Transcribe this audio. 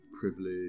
privilege